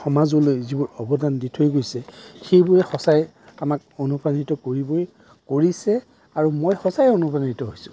সমাজলৈ যিবোৰ অৱদান দি থৈ গৈছে সেইবোৰে সঁচাই আমাক অনুপ্ৰাণিত কৰিবই কৰিছে আৰু মই সঁচাই অনুপ্ৰাণিত হৈছোঁ